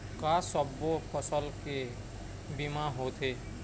का सब्बो फसल के बीमा होथे?